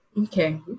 Okay